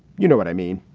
you know what i mean?